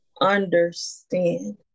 understand